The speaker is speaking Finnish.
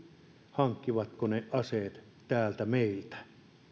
hankkivatko he aseet täältä meiltä